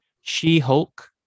She-Hulk